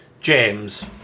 James